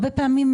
הרבה פעמים,